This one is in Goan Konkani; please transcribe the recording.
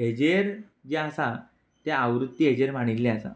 हेजेर जें आसा तें आवृत्ती हेचेर मांडिल्लें आसा